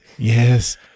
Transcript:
Yes